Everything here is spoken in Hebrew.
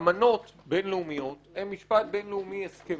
אמנות בינלאומיות הן משפט בינלאומי-הסכמי,